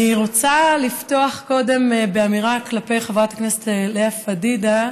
אני רוצה לפתוח קודם באמירה כלפי חברת הכנסת לאה פדידה,